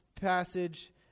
passage